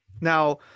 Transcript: Now